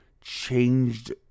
changed